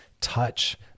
touch